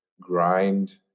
grind